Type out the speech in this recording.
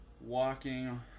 walking